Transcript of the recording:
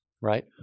right